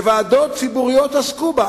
שוועדות ציבוריות עסקו בה,